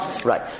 Right